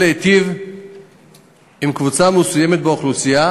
להיטיב עם קבוצה מסוימת באוכלוסייה,